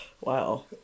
Wow